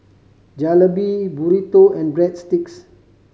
Jalebi Burrito and Breadsticks